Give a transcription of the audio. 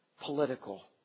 political